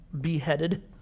beheaded